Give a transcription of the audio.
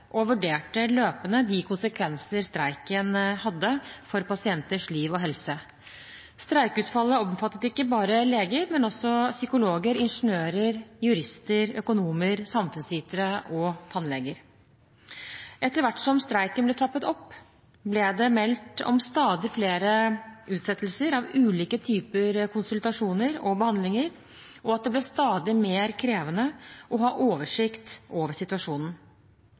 og vurderte løpende de konsekvenser streiken hadde for pasienters liv og helse. Streikeuttaket omfattet ikke bare leger, men også psykologer, ingeniører, jurister, økonomer, samfunnsvitere og tannleger. Etter hvert som streiken ble trappet opp, ble det meldt om stadig flere utsettelser av ulike typer konsultasjoner og behandlinger, og at det ble stadig mer krevende å ha oversikt over situasjonen.